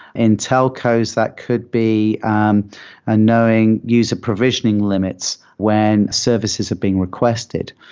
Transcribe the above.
in telcos, that could be um and knowing user provisioning limits when services are being requested.